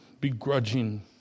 begrudging